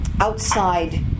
outside